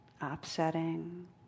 upsetting